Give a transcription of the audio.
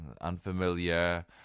unfamiliar